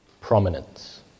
prominence